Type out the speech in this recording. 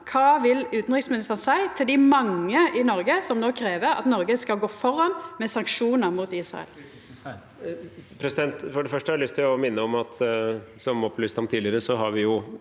kva vil utanriksministeren seia til dei mange i Noreg som no krev at Noreg skal gå føre med sanksjonar mot Israel?